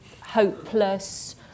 hopeless